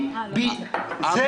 זה